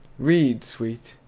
read, sweet,